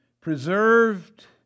preserved